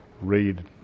read